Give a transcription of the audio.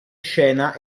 scena